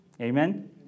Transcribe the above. Amen